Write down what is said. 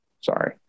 Sorry